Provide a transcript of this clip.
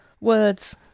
words